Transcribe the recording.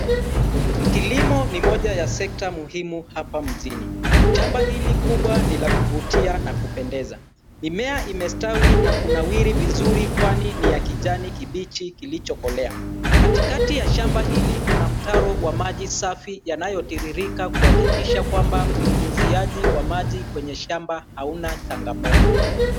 Kilimo ni moja ya sekta muhimu hapa mjini. Shamba hili kubwa ni la kuvutia na kupendeza. Mimea imestawi na kunawiri vizuri kwani ni ya kijani kibichi kilichokolea. Katikati ya shamba hili kuna mtaro wa maji safi yanayotiririka kuhakikisha kwamba unyunyizaji wa maji kwenye shamba hauna changamoto.